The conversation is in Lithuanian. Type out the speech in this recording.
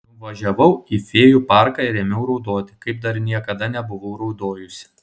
nuvažiavau į fėjų parką ir ėmiau raudoti kaip dar niekada nebuvau raudojusi